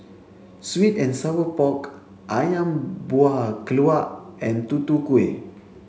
sweet and sour pork Ayam Buah Keluak and Tutu Kueh